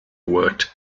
worked